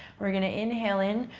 we're going to inhale in,